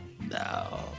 No